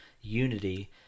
Unity